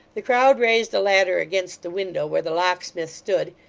the crowd raised a ladder against the window where the locksmith stood,